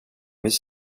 his